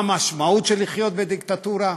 מה המשמעות של לחיות בדיקטטורה?